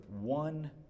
one